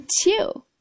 two